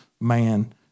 man